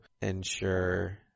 ensure